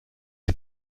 die